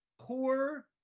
poor